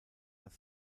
das